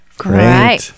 Great